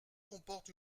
comporte